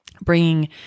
bringing